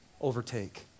overtake